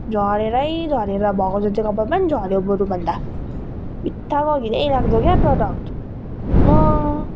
झरेरै झरेर भएको जति कपाल पनि झर्यो बरु भन्दा बित्थामा घिनै लाग्दो के प्रडक्ट